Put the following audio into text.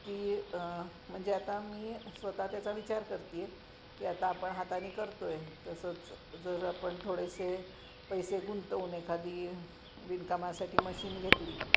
ती म्हणजे आता मी स्वतः त्याचा विचार करतीय की आता आपण हाताने करतो आहे तसंच जर आपण थोडेसे पैसे गुंतवून एखादी विणकामासाठी मशीन घेतली